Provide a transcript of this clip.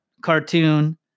cartoon